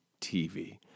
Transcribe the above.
TV